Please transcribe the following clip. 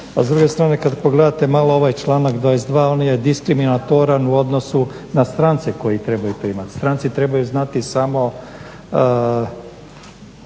A s druge strane, kad pogledate malo ovaj članak 22. on je diskriminatoran u odnosu na strance koji trebaju to imati. Stranci trebaju znati samo